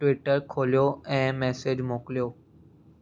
Twitter खोलियो ऐं message मोकिलियो